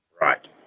Right